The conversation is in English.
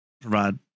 provide